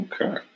okay